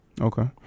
Okay